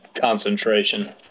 concentration